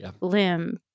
limb